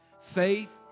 faith